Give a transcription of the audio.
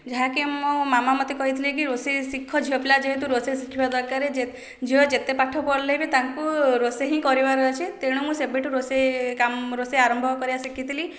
ଯାହାକି ମୋ ମାମା ମୋତେ କହିଥିଲେ କି ରୋଷେଇ ଶିଖ ଝିଅ ପିଲା ଯେହେତୁ ରୋଷେଇ ଶିଖିବା ଦରକାର ଝିଅ ଯେତେ ପାଠ ପଢ଼ିଲେ ବି ତାକୁ ରୋଷେଇ ହିଁ କରିବାର ଅଛି ତେଣୁ ମୁଁ ସେବେଠୁ ରୋଷେଇ ଆରମ୍ଭ କରିବା ଶିଖିଥିଲି